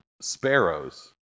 sparrows